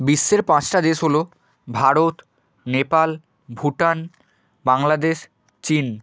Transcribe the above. বিশ্বের পাঁচটা দেশ হলো ভারত নেপাল ভুটান বাংলাদেশ চীন